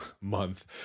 month